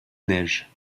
neige